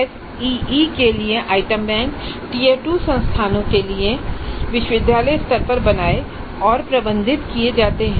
SEE के लिए item bank tier 2 संस्थान के लिए विश्वविद्यालय स्तर पर बनाए और प्रबंधित किए जाते हैं